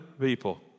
people